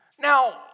Now